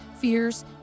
fears